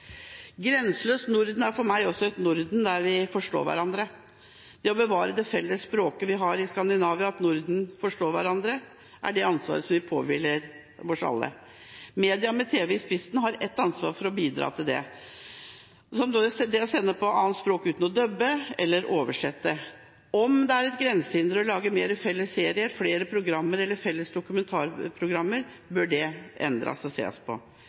Grenseløst Norden er for meg også et Norden der vi forstår hverandre. Det å bevare det felles språket vi har i Skandinavia, og at Norden forstår hverandre, er et ansvar som påhviler oss alle. Media, med tv i spissen, har et ansvar for å bidra til det, som det å sende på et annet språk uten å dubbe eller oversette. Om det er et grensehinder for å lage mer felles serier, felles programmer eller felles dokumentarprogrammer, bør det ses på